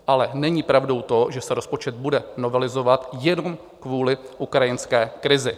Ale není pravdou to, že se rozpočet bude novelizovat jenom kvůli ukrajinské krizi.